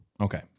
Okay